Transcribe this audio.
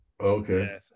okay